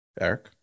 eric